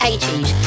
80s